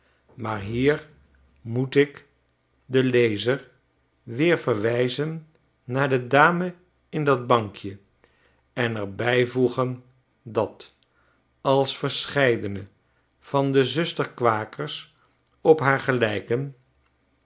maar hier moet ik den lezer weer verwijzen naar de dame in dat bankje en er bijvoegen dat als verscheidene van de zusterkwakers op haar gelflken